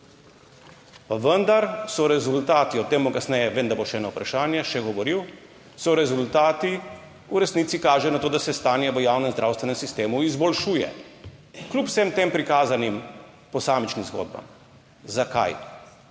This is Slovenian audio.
Pa vendar so rezultati, o tem bom kasneje - vem, da bo še eno vprašanje še govoril - so rezultati v resnici kažejo na to, da se stanje v javnem zdravstvenem sistemu izboljšuje, kljub vsem tem prikazanim posamičnim zgodbam. Zakaj?